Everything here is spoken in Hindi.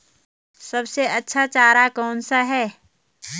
सबसे अच्छा चारा कौन सा है?